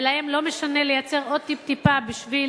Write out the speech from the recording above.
ולהן לא משנה לייצר עוד טיפה בשביל